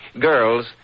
Girls